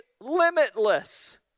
limitless